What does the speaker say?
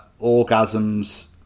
orgasms